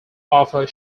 offer